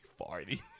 Farty